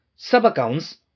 sub-accounts